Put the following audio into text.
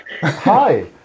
Hi